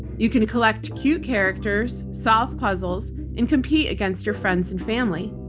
you can collect cute characters, solve puzzles, and compete against your friends and family.